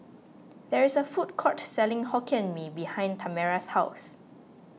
there is a food court selling Hokkien Mee behind Tamera's house